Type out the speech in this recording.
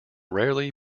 rarely